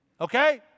Okay